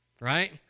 right